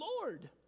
Lord